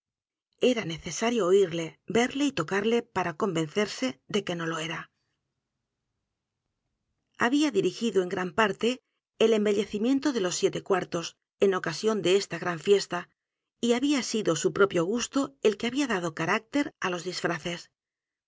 a necesario oírle verle y tocarle para convencerse de que no lo era había dirigido en g r a n p a r t e el embellecimiento de los siete cuartos en ocasión de esta gran fiesta y había sido su propio gusto el que había dado carácter á los disfraces